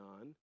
on